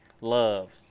love